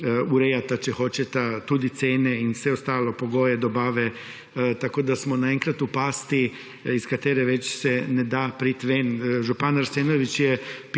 urejata, če hočeta, tudi cene in vse ostalo, pogoje dobave. Tako da smo naenkrat v pasti, iz katere se ne da več